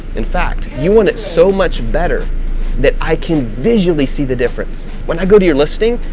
in fact, you want it so much better that i can visually see the difference when i go to your listing.